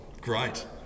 great